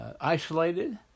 isolated